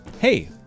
hey